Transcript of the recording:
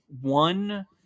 one